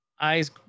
eyes